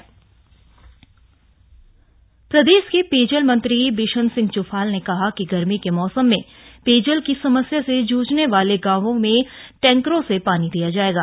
बिशन सिंह चुफाल प्रदेश के पेयजल मंत्री बिशन सिंह च्फाल ने कहा है कि गर्मी के मौसम में पेयजल की समस्या से ज्झने वाले गांवों में टैंकरों से पानी दिया जाएगा